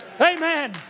Amen